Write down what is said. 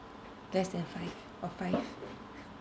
less than five or five